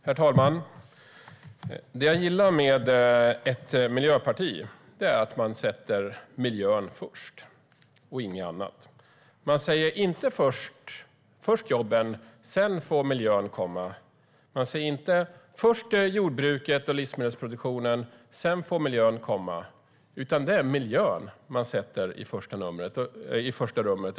Herr talman! Det jag gillar med ett miljöparti är att man sätter miljön först, och inget annat. Man säger inte: Först jobben, och sedan får miljön komma. Man säger inte: Först jordbruket och livsmedelsproduktionen, och sedan får miljön komma. Det är miljön man sätter i första rummet.